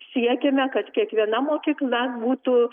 siekiame kad kiekviena mokykla būtų